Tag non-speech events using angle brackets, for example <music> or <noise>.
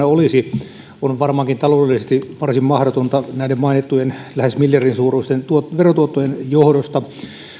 <unintelligible> olisi on varmaankin taloudellisesti varsin mahdotonta näiden mainittujen lähes miljardin suuruisten verotuottojen johdosta